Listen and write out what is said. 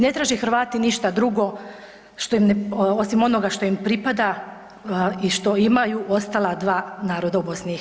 Ne traže Hrvati ništa drugo osim onoga što im pripada i što imaju ostala dva naroda u BiH.